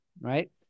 right